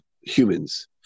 humans